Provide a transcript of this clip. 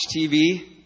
TV